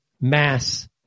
mass